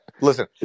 Listen